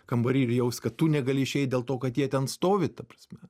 kambary ir jaust kad tu negali išeit dėl to kad jie ten stovi ta prasme